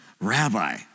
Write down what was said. Rabbi